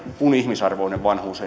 kun ihmisarvoinen vanhuus